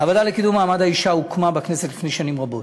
הוועדה לקידום מעמד האישה הוקמה בכנסת לפני שנים רבות,